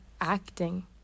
acting